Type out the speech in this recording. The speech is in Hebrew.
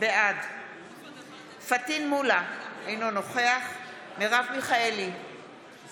בעד פטין מולא, אינו נוכח מרב מיכאלי,